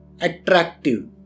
attractive